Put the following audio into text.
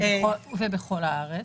ובכל הארץ.